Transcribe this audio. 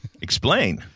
explain